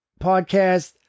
podcast